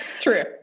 True